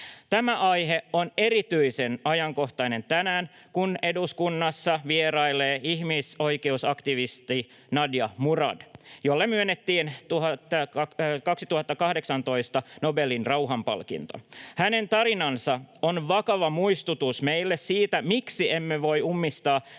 Tämä aihe on erityisen ajankohtainen tänään, kun eduskunnassa vierailee ihmisoikeusaktivisti Nadia Murad, jolle myönnettiin 2018 Nobelin rauhanpalkinto. Hänen tarinansa on vakava muistutus meille siitä, miksi emme voi ummistaa